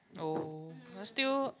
oh but still